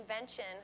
invention